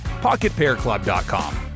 PocketPairClub.com